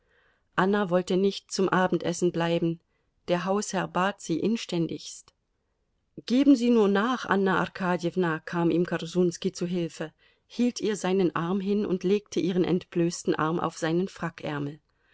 anna wollte nicht zum abendessen bleiben der hausherr bat sie inständigst geben sie nur nach anna arkadjewna kam ihm korsunski zu hilfe hielt ihr seinen arm hin und legte ihren entblößten arm auf seinen